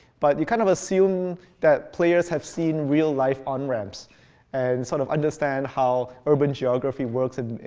but you kind of assume that players have seen real-life on ramps and sort of understand how urban geography works. in